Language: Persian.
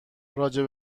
راجع